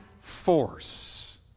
force